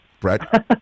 Brett